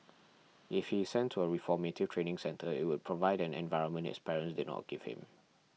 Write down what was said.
if he is sent to a reformative training centre it would provide an environment his parents did not give him